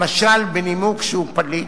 למשל, בנימוק שהוא פליט,